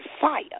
Fire